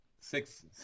six